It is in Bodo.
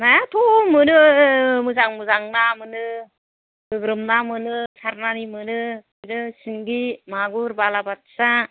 नायाथ' मोनो मोजां मोजां ना मोनो गोग्रोमना मोनो सारनानै मोनो बिदिनो सिंगि मागुर बालाबाथिया